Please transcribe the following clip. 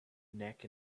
neck